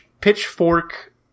Pitchfork